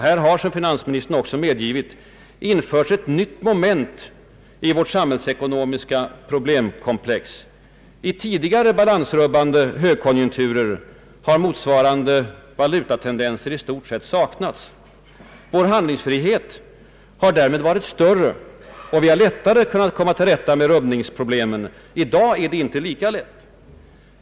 Här har — som finansministern också medgivit — införts ett nytt moment i vårt samhällsekonomiska problemkomplex. I ti digare balansrubbande högkonjunkturer har motsvarande valutatendenser i stort sett saknats. Vår handlingsfrihet har därmed varit större, och vi har lättare kunnat komma till rätta med rubbningsproblemen. I dag är det inte lika lätt.